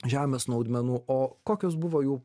žemės naudmenų o kokios buvo jų